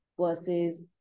versus